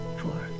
four